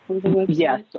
yes